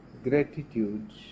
gratitude